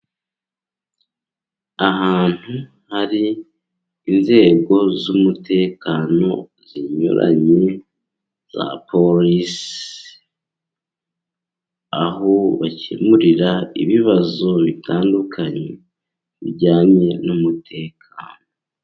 Ahantu hari inzego z'umutekano zinyuranye za polisi, aho bakemurira ibibazo bitandukanye bijyanye n'umutekano.